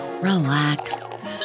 relax